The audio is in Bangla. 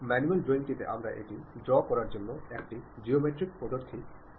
ম্যানুয়াল ড্রয়িংটিতে আমরা এটি ড্রও করার জন্য একটি জিওমেট্রিক পদ্ধতি তৈরি করতে যাচ্ছি